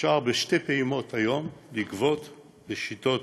אפשר בשתי פעימות היום לגבות, יש שיטות,